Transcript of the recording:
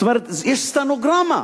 יש סטנוגרמה,